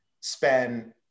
spend